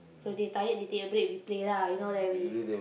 so they tired they take break we play lah you know then we